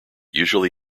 usually